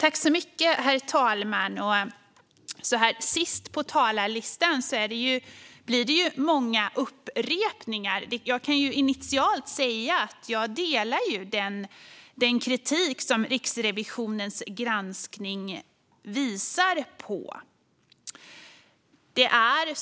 Herr talman! Som sist på talarlistan kommer man med många upprepningar. Jag kan initialt säga att jag delar den kritik som Riksrevisionens granskning visar på.